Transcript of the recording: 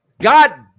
God